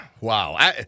wow